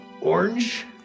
orange